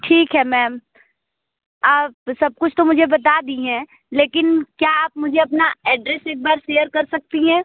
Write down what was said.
ठीक है मैम आप सब कुछ तो मुझे बता दिए हैं लेकिन क्या आप मुझे अपना एड्रेस एक बार क्लियर कर सकती हैं